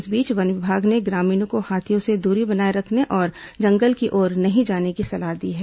इस बीच वन विभाग ने ग्रामीणों को हाथियों से दूरी बनाकर रखने और जंगल की ओर नहीं जाने की सलाह दी है